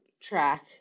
track